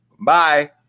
Bye